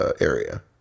area